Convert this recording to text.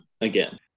again